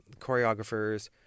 choreographers